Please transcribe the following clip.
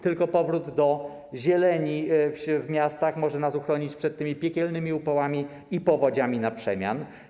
Tylko powrót do zieleni w miastach może nas uchronić przed tymi piekielnymi upałami i powodziami na przemian.